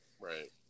right